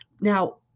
Now